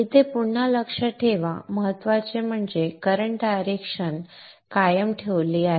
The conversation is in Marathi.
येथे पुन्हा लक्षात ठेवा महत्वाचे म्हणजे करंट डायरेक्शन कायम ठेवली आहे